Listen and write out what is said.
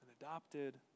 adopted